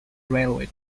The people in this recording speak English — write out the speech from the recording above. railway